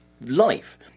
life